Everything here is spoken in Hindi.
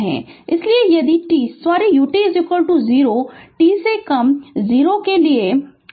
Refer Slide Time 0827 इसलिए यदि t सॉरी ut 0 t से कम 0 के लिए